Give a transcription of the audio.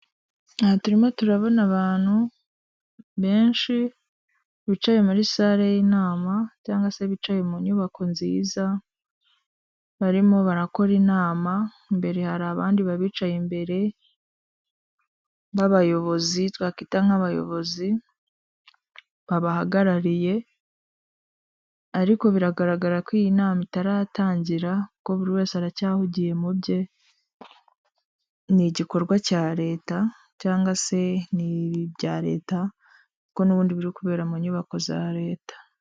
Aha turimo turabona abantu benshi bicaye muri sare y'inama cyangwa se bicaye mu nyubako nziza barimo barakora inama, mbere hari abandi babicaye imbere b'abayobozi twakwita nk'abayobozi babahagarariye, ariko biragaragara ko iyi nama itaratangira, kuko buri wese aracyahugiye mu bye, ni igikorwa cya leta cyangwa se ni ibya leta kuko n'ubundi biri kubera mu nyubako za leta.